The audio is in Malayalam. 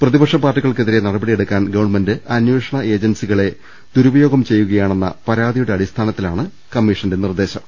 പ്രതി പക്ഷ പാർട്ടികൾക്കെതിരെ നടപടിയെടുക്കാൻ ഗവൺമെന്റ് അന്വേഷണ ഏജൻസികളെ ദുരുപയോഗം ചെയ്യുകയാണെന്ന പരാതിയുടെ അടിസ്ഥാന ത്തിലാണ് കമ്മീഷന്റെ നിർദ്ദേശം